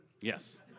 Yes